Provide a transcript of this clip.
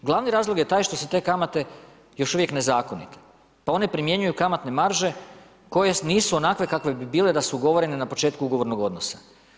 Glavni razlog je taj što su te kamate još uvijek nezakonite, pa one primjenjuju kamatne marže koje nisu onakve kakve bi bile da su ugovorene na početku ugovornog odnosa.